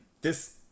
this-